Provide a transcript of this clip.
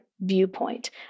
viewpoint